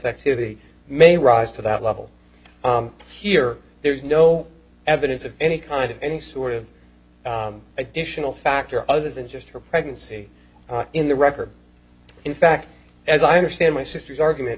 have it may rise to that level here there's no evidence of any kind of any sort of additional factor other than just her pregnancy in the record in fact as i understand my sister's argument